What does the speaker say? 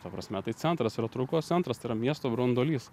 ta prasme tai centras yra traukos centras tai yra miesto branduolys